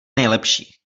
nejlepší